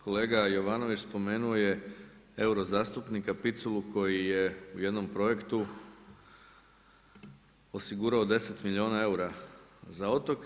Kolega Jovanović spomenuo je euro zastupnika Piculu koji je u jednom projektu osigurao 10 milijuna eura za otoke.